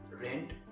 rent